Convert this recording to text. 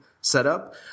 setup